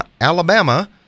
Alabama